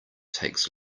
takes